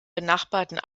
benachbarten